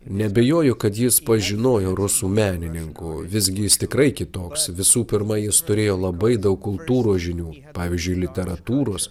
neabejoju kad jis pažinojo rusų menininkų visgi jis tikrai kitoks visų pirma jis turėjo labai daug kultūros žinių pavyzdžiui literatūros